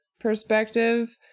perspective